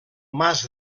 mas